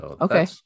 okay